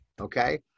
Okay